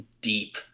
deep